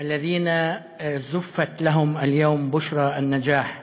שהתבשרו היום על הצלחה